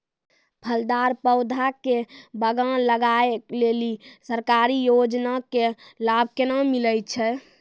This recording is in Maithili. फलदार पौधा के बगान लगाय लेली सरकारी योजना के लाभ केना मिलै छै?